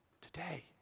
today